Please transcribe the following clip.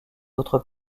autres